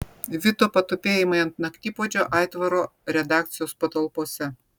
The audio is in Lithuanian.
vito patupėjimai ant naktipuodžio aitvaro redakcijos patalpose